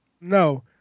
No